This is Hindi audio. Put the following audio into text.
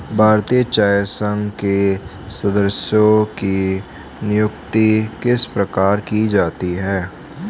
भारतीय चाय संघ के सदस्यों की नियुक्ति किस प्रकार की जाती है?